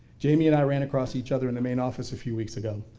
jamie and i ran across each other in the main office a few weeks ago.